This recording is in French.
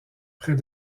près